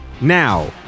Now